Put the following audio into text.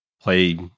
play